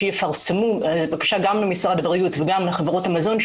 גם ממשרד הבריאות וגם מחברות המזון,